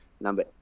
number